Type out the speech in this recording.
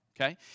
okay